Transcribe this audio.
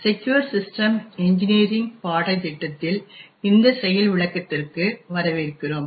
secure system engineering பாடத்திட்டத்தில் இந்த செயல் விளக்கத்திற்கு வரவேற்கிறோம்